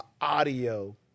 audio